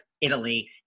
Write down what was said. Italy